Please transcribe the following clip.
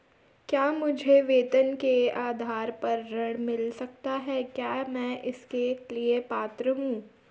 क्या मुझे वेतन के आधार पर ऋण मिल सकता है क्या मैं इसके लिए पात्र हूँ?